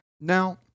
now